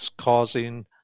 causing